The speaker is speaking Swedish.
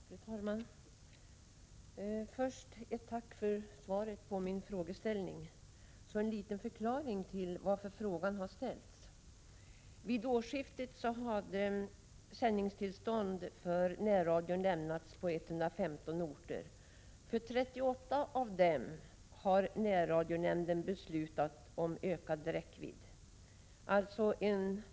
Fru talman! Först ett tack för svaret på min fråga. Så en liten förklaring till att frågan har ställts. Vid årsskiftet hade sändningstillstånd för närradio lämnats beträffande 115 orter. För 38 av dem har närradionämnden beslutat om ökad räckvidd.